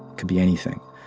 could be anything.